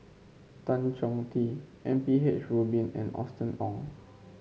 Tan Chong Tee M P H Rubin and Austen Ong